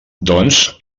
doncs